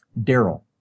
Daryl